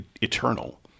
eternal